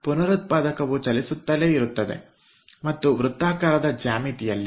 ಪುನರುತ್ಪಾದಕವು ಚಲಿಸುತ್ತಲೇ ಇರುತ್ತದೆ ಮತ್ತು ವೃತ್ತಾಕಾರದ ಜ್ಯಾಮಿತಿಯಲ್ಲಿ